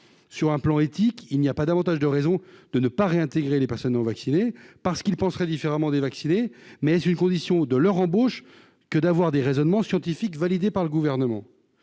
sur un plan éthique, il n'y a pas davantage de raisons de ne pas réintégrer les personnes non vaccinées parce qu'il pense très différemment des vaccinés mais c'est une condition de leur embauche que d'avoir des raisonnements scientifiques validées par le gouvernement